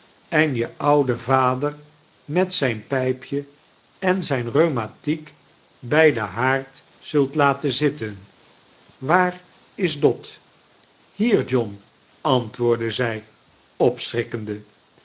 en je ouden vader met zijn pijpje en zijn rheumatiek bij den haard zult laten zitten waar is dot hier john antwoordde zij